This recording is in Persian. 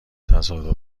تصادف